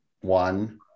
one